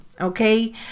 Okay